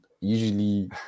usually